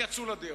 ויצאו לדרך.